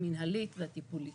המנהלית והטיפולית.